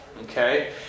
okay